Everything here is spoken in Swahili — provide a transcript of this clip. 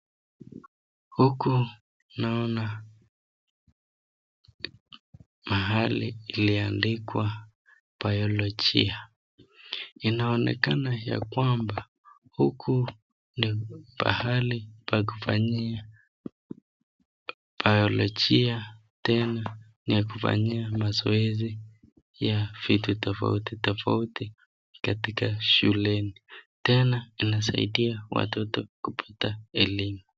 Huku naona mahali iliandikwa biologia. Inaonekana ya kwamba huku ni pahali pa kufanyia baologia tena ni ya kufanyia mazoezi ya vitu tofauti tofauti katika shuleni. Tena inasaidia watoto kupata elimu.